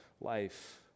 life